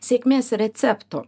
sėkmės recepto